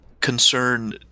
concern